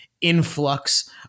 influx –